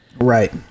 Right